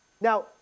Now